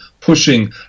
pushing